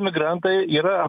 migrantai yra